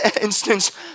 instance